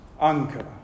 anchor